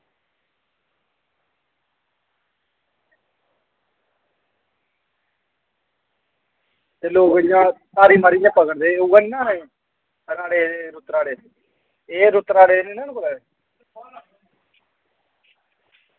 ते लोक जेह्ड़ा तारी मारियै पकड़ दे उयै निं ना ए राड़े रुत्त राड़े एह् रुत्त राड़े निं ना न कुतै